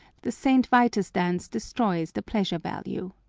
the st. vitus dance destroys the pleasure-value.